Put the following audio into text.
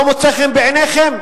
לא מוצא חן בעיניכם,